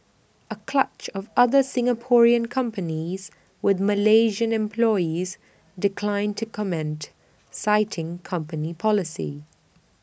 A clutch of other Singaporean companies with Malaysian employees declined to comment citing company policy